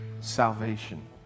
salvation